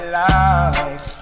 life